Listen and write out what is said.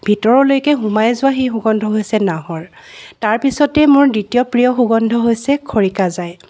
ভিতৰলৈকে সোমাই যোৱা সেই সুগন্ধ হৈছে নাহৰ তাৰপিছতে মোৰ দ্বিতীয় প্ৰিয় সুগন্ধ হৈছে খৰিকাজাই